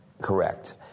correct